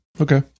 okay